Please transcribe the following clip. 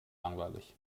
langweilig